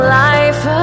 life